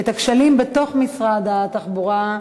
הכשלים בתוך משרד התחבורה,